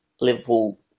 Liverpool